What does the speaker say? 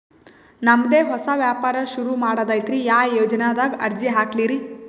ನಮ್ ದೆ ಹೊಸಾ ವ್ಯಾಪಾರ ಸುರು ಮಾಡದೈತ್ರಿ, ಯಾ ಯೊಜನಾದಾಗ ಅರ್ಜಿ ಹಾಕ್ಲಿ ರಿ?